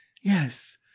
yes